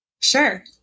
Sure